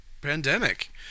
pandemic